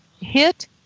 hit